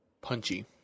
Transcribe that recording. punchy